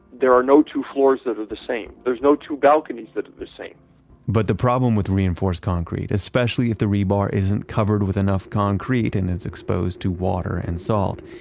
there are no two floors that are the same. there are no two balconies that are the same but the problem with reinforced concrete especially if the rebar isn't covered with enough concrete and is exposed to water and salt,